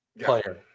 player